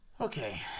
Okay